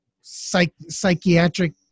psychiatric